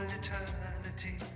eternity